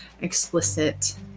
explicit